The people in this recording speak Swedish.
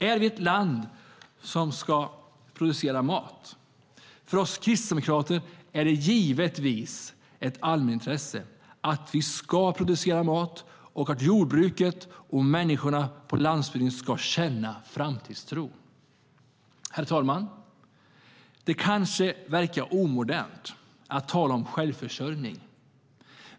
Är Sverige ett land som ska producera mat? Herr talman! Det kanske verkar omodernt att tala om självförsörjning.